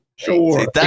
Sure